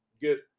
get